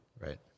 Right